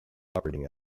operating